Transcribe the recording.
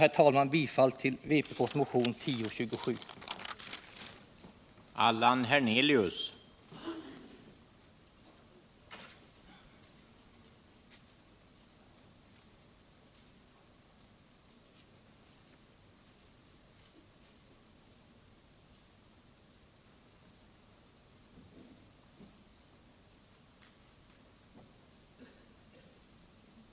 Jag yrkar bifalt till vpk:s motion 1027, yrkandena 2-4.